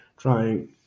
trying